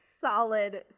solid